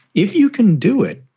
if you can do it.